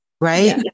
Right